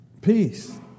Peace